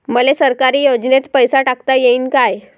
मले सरकारी योजतेन पैसा टाकता येईन काय?